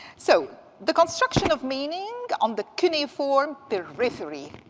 so the construction of meaning on the cuneiform peripheraphy.